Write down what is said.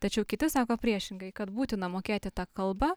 tačiau kiti sako priešingai kad būtina mokėti tą kalbą